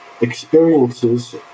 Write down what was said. experiences